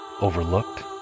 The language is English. overlooked